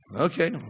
Okay